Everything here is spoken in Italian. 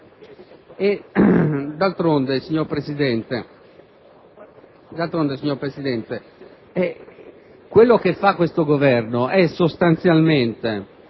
D'altronde, signor Presidente, quello che fa questo Governo è sostanzialmente